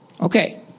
Okay